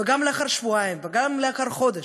וגם לאחר שבועיים, וגם לאחר חודש,